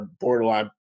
borderline